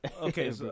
Okay